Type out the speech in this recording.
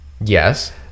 Yes